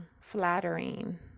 flattering